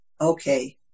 Okay